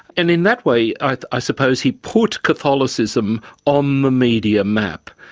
and in that way i suppose he put catholicism on the media map.